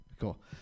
Cool